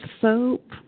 soap